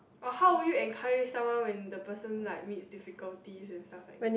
but how would you encourage someone when the person like meets difficulties and stuff like that